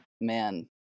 man